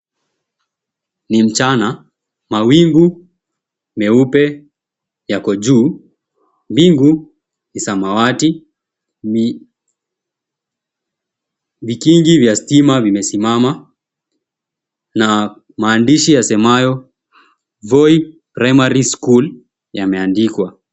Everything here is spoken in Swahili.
Ni mchana. Mawingu meupe yako juu, mbingu ni samawati, vikingi vya stima vimesimama, na maandishi yasemayo, Voi Primary School yameandikwa.